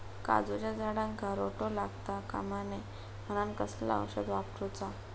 काजूच्या झाडांका रोटो लागता कमा नये म्हनान कसला औषध वापरूचा?